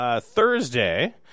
Thursday